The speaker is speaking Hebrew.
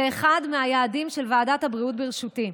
זה אחד מהיעדים של ועדת הבריאות בראשותי.